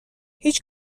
هیچ